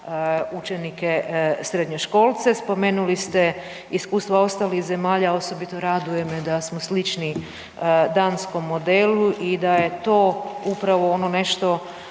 učenike srednjoškolce. Spomenuli ste iskustva ostalih zemalja, osobito raduje me da smo slični danskom modelu i da je to upravo ono nešto